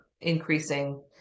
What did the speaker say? increasing